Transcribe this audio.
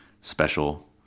special